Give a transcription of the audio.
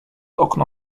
okno